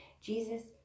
jesus